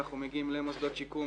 אנחנו מגיעים למוסדות שיקום,